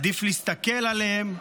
עדיף להסתכל עליהן,